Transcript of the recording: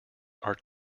are